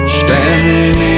standing